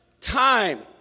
time